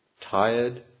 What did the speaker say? tired